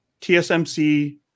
TSMC